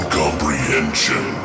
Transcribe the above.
comprehension